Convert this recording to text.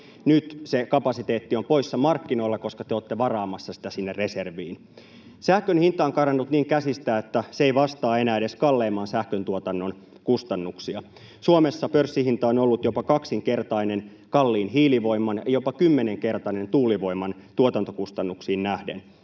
Nyt se kapasiteetti on poissa markkinoilta, koska te olette varaamassa sitä sinne reserviin. Sähkön hinta on karannut niin käsistä, että se ei vastaa enää edes kalleimman sähköntuotannon kustannuksia. Suomessa pörssihinta on ollut jopa kaksinkertainen kalliin hiilivoiman ja jopa kymmenkertainen tuulivoiman tuotantokustannuksiin nähden.